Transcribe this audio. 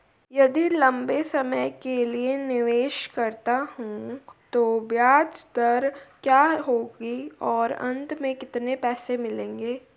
यदि लंबे समय के लिए निवेश करता हूँ तो ब्याज दर क्या होगी और अंत में कितना पैसा मिलेगा?